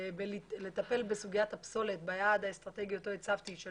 לטפל סוגיית הפסולת ביעד האסטרטגי אותו הצבתי של